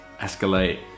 escalate